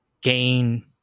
gain